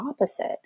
opposite